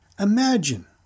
Imagine